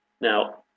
Now